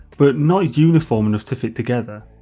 but not uniform enough to fit together.